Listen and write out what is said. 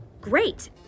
great